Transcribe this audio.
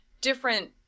different